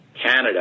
Canada